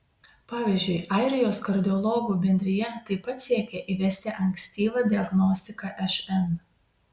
pavyzdžiui airijos kardiologų bendrija taip pat siekia įvesti ankstyvą diagnostiką šn